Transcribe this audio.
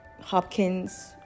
Hopkins